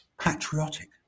patriotic